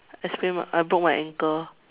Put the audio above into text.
I sprained my I broke my ankle